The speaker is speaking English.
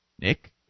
Nick